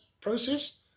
process